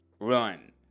run